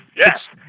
yes